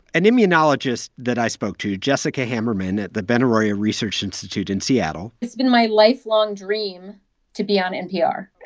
an immunologist that i spoke to, jessica hamerman at the benaroya research institute in seattle. it's been my lifelong dream to be on npr.